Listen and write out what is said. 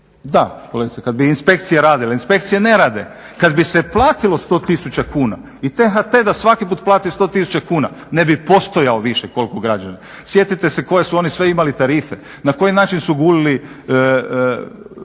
Da, kolegice, kad bi inspekcija radila, inspekcije ne rade, kad bi se platilo 100 tisuća kuna i THT da svaki put plati 100 tisuća kuna, ne bi postojao više koliko građana. Sjetite se koje su oni sve imali tarife, na koji način su gulili